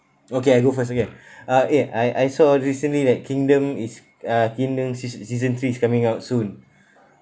okay I go first okay ah eh I I saw recently that kingdom is uh kingdom sea~ season three is coming out soon